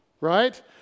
right